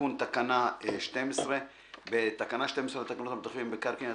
תיקון תקנה 12. 1. בתקנה 12 לתקנות המתווכים במקרקעין,